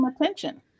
attention